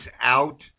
out